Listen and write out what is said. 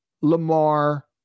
Lamar